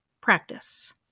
practice